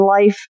life